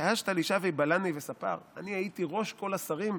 השתא לישוייה בלאני וספר" אני הייתי ראש כל השרים,